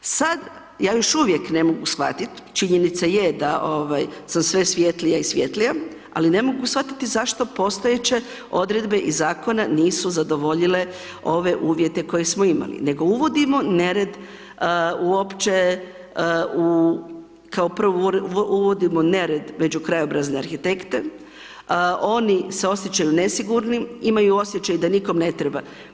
Sad, ja još uvijek ne mogu shvatiti, činjenica je da ovaj sam sve svjetlija i svjetlija, ali ne mogu shvatiti zašto postojeće odredbe iz zakona nisu zadovoljile ove uvjete koje smo imali, nego uvodimo nered uopće u, kao prvo, uvodimo nered među krajobrazne arhitekte, oni se osjećaju nesigurnim, imaju osjećaj da nikome ne treba.